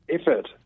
effort